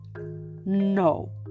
No